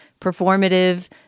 performative